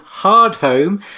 Hardhome